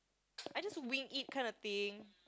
I just wing it kind of thing